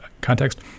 context